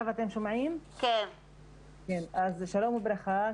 שלום וברכה,